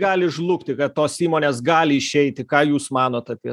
gali žlugti kad tos įmonės gali išeiti ką jūs manot apie